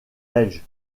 belge